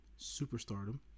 superstardom